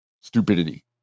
stupidity